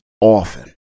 often